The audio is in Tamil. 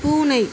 பூனை